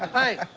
hey,